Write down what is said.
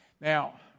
Now